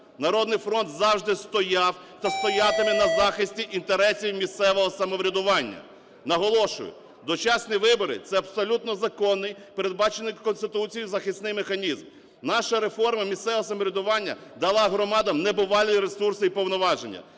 "Народний фронт" завжди стояв та стоятиме на захисті інтересів місцевого самоврядування. Наголошую: дочасні вибори – це абсолютно законний, передбачений Конституцією захисний механізм. Наша реформа місцевого самоврядування дала громадам небувалі ресурси і повноваження.